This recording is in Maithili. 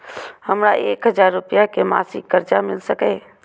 हमरा एक हजार रुपया के मासिक कर्जा मिल सकैये?